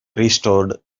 restored